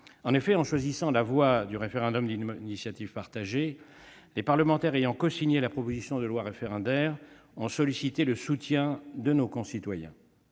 En effet, en choisissant la voie du référendum d'initiative partagée, les parlementaires ayant cosigné la proposition de loi référendaire ont sollicité le soutien de nos concitoyens.